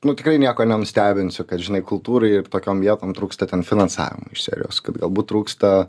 nu tikrai nieko nenustebinsiu kad žinai kultūrai ir tokiom vietom trūksta ten finansavimo iš serijos kad galbūt trūksta